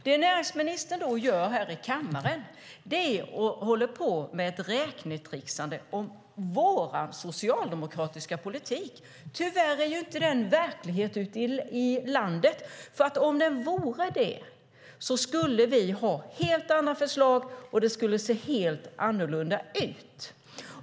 Det näringsministern då håller på med här i kammaren är ett räknetricksande om vår socialdemokratiska politik. Tyvärr är den inte verklighet i landet, för om den vore det skulle vi ha helt andra förslag och skulle det se helt annorlunda ut.